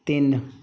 ਤਿੰਨ